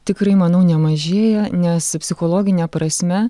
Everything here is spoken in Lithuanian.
tikrai manau nemažėja nes psichologine prasme